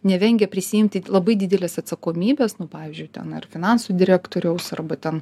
nevengia prisiimti labai didelės atsakomybės nu pavyzdžiui ten ar finansų direktoriaus arba ten